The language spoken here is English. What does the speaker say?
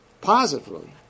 Positively